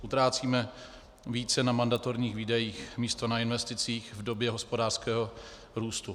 Utrácíme více na mandatorních výdajích místo na investicích v době hospodářského růstu.